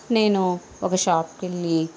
నేను ఒక షాప్కు వెళ్ళి